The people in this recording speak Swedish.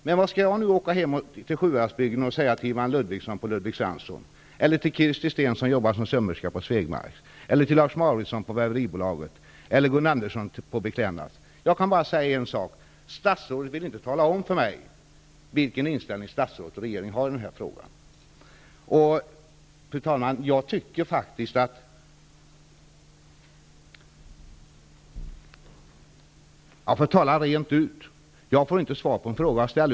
Men vad skall jag, när jag kommer hem till Sjuhäradsbygden, säga till Ivan Jag kan bara säga en sak, nämligen att statsrådet inte vill tala om för mig vilken inställning statsrådet och regeringen har i denna fråga. För att tala rent ut kan jag säga att jag inte får svar på den fråga som jag ställer.